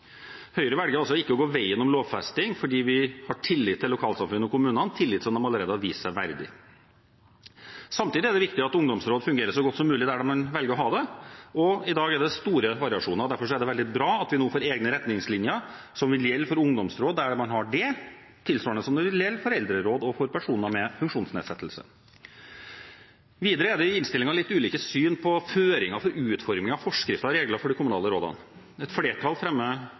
Høyre velger ikke å gå veien om lovfesting, for vi har tillit til lokalsamfunn og kommunene, tillit de allerede har vist seg verdig. Samtidig er det viktig at ungdomsråd fungerer så godt som mulig der man velger å ha det, og i dag er det store variasjoner. Derfor er det veldig bra at vi nå får egne retningslinjer som vil gjelde for ungdomsråd der hvor man har det, tilsvarende som det vil gjelde for eldreråd og personer med funksjonsnedsettelse. Videre er det i innstillingen litt ulike syn på føringer for utforming av forskrifter og regler for de kommunale rådene. Et flertall